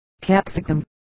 capsicum